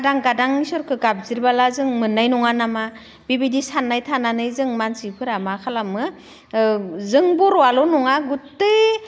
आदां गादां इसोरखो गाबज्रिब्ला जों मोननाय नङा नामा बेबायदि साननाय थानानै जों मानसिफोरा मा खालामो जों बर'आल' नङा गुथै